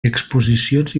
exposicions